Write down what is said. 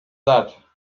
that